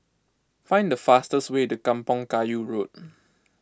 find the fastest way to Kampong Kayu Road